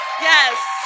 Yes